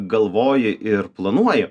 galvoji ir planuoji